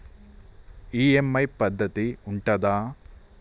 EMI పద్ధతి ఉంటదా?